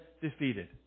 defeated